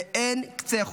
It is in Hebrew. ואין קצה חוט.